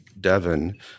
Devon